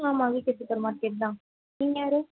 ஆ ஆமாம் VK super market தான் நீங்கள் யார்